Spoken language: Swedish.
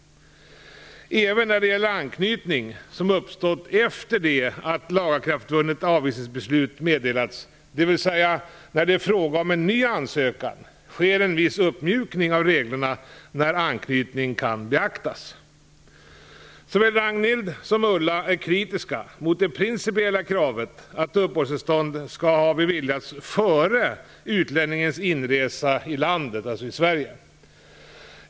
Även när det gäller anknytning som uppstått efter det att lagakraftvunnet avvisningsbeslut meddelats, dvs. när det är fråga om en ny ansökan, sker en viss uppmjukning av reglerna när anknytning kan beaktas. Såväl Ragnhild Pohanka som Ulla Hoffmann är kritiska mot det principiella kravet att uppehållstillstånd skall ha beviljats före utlänningens inresa i landet, dvs. Sverige.